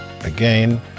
Again